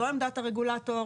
זו עמדת הרגולטור,